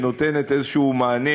שנותנת איזה מענה,